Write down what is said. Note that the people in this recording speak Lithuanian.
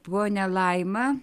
ponia laima